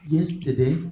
Yesterday